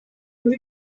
muri